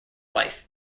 life